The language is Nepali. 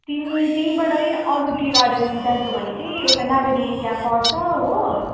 तिमी त्यहीँबाटै अरू टी गार्डन जान्छौ भने चाहिँ एउटा नागरी त्यहाँ पर्छ हो